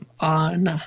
on